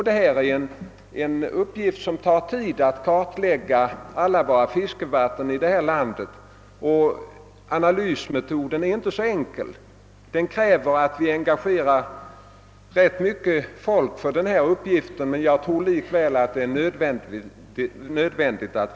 Det tar tid att kartlägga alla våra fiskevatten och analysmetoden är inte enkel — den kräver att vi engagerar ganska mycket folk för denna uppgift. Jag tror likväl att detta arbete är nödvändigt.